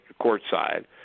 courtside